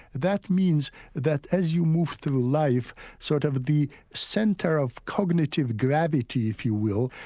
that means that as you move through life sort of the centre of cognitive gravity, if you will,